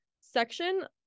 section